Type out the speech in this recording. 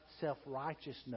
self-righteousness